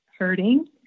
hurting